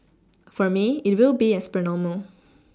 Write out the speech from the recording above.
for me it will be as per normal